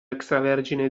extravergine